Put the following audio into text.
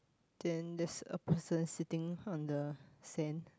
then there's a person sitting on the sand